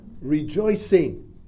rejoicing